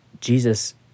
Jesus